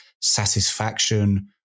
satisfaction